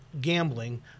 Gambling